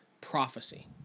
prophecy